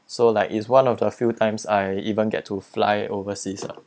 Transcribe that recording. so like is one of the few times I even get to fly overseas ah